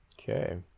Okay